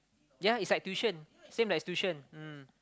ya it's like tuition same like tuition mm